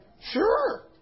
Sure